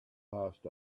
passed